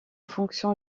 fonction